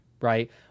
right